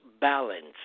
balance